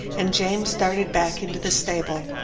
and james darted back into the stable.